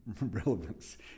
relevance